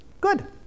good